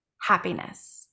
happiness